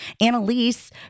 Annalise